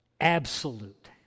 Absolute